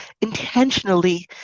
intentionally